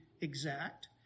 exact